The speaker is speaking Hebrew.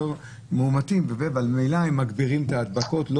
יותר מאומתים אבל ממילא הם מגבירים את ההדבקות.